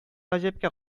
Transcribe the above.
гаҗәпкә